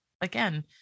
again